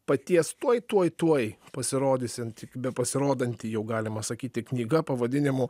paties tuoj tuoj tuoj pasirodysianti bepasirodanti jau galima sakyti knyga pavadinimu